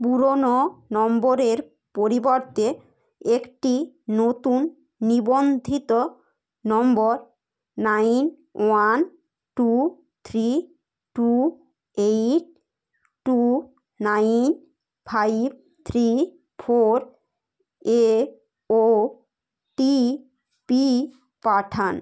পুরোনো নম্বরের পরিবর্তে একটি নতুন নিবন্ধিত নম্বর nine one two three two eight two nine five three four এ ও টি পি পাঠান